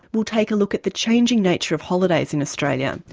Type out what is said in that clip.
we take a look at the changing nature of holidays in australia,